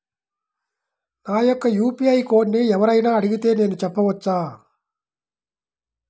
నా యొక్క యూ.పీ.ఐ కోడ్ని ఎవరు అయినా అడిగితే నేను చెప్పవచ్చా?